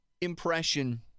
impression